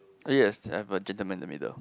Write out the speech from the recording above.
ya I have a gentleman in the middle